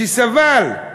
שסבל,